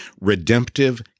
redemptive